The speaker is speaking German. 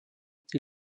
die